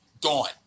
Gone